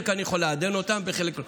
אני יכול לעדן חלק ובחלק לא.